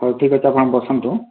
ହେଉ ଠିକ୍ ଅଛି ଆପଣ ବସନ୍ତୁ